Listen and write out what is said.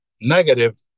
negative